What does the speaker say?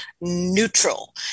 neutral